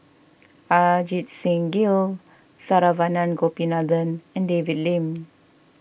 Ajit Singh Gill Saravanan Gopinathan and David Lim